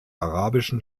arabischen